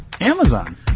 Amazon